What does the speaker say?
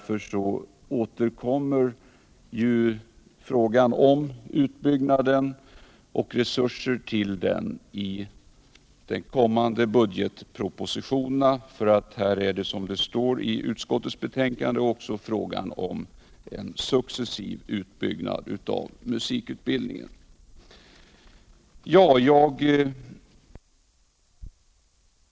Frågan om utbyggnad och resurser återkommer därför i de kommande budgetpropositionerna — såsom det står i utskottets betänkande är det också här fråga om en successiv utbyggnad av musikutbildningen. Jag vill med detta yrka bifall till utbildningsutskottets betänkande nr — Nr 48 12 och understryka att vad det nu närmast gäller är att följa upp det här principförslaget med ekonomiska resurser.